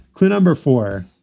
clue number four.